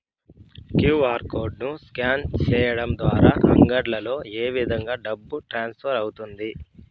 QR code ను scan సేయడం ద్వారా అంగడ్లలో ఏ విధంగా డబ్బు ట్రాన్స్ఫర్ అవుతుంది